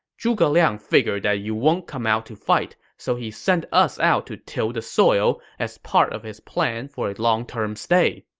zhuge liang figured that you won't come out to fight, so he sent us out to till the soil as part of his plan for a long-term stay.